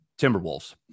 Timberwolves